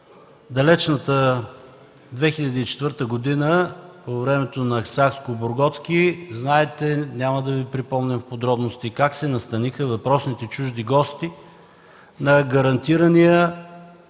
далечната 2004 г. по времето на Сакскобургготски знаете, няма да Ви припомням в подробности как се настаниха въпросите чужди гости на гарантирания,